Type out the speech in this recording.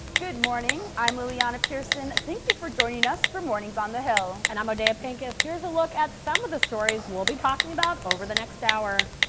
good morning i'm lileana pearson. thanks for joining us for mornings on the hill. and i'm odeya pinkus. here's a look at some of the stories we'll be talking about over the next hour.